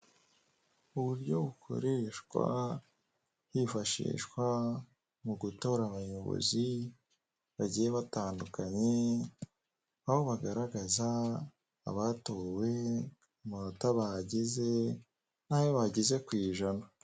Uburyo bukoreshwa hifashishwa mu gutora abayobozi bagiye batandukanye aho bagaragaza abatowe, amanota bahageze n'ayo bagize ku ijana.